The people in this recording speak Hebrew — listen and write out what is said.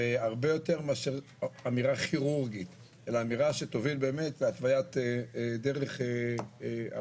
והרבה יותר מאשר אמירה כירורגית אלא אמירה שתוביל להתוויית דרך ארוכה.